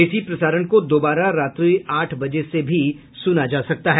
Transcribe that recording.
इसी प्रसारण को दोबारा रात्रि आठ बजे से भी सुना जा सकता है